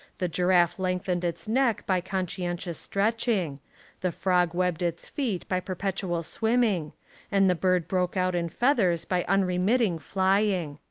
the giraffe lengthened its neck by conscientious stretching the frog webbed its feet by perpetual swim ming and the bird broke out in feathers by unremitting flying.